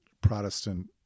Protestant